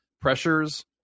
pressures